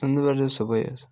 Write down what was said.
ژٕنٛدٕر وار دۄہ صُبحٲے حظ